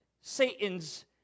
Satan's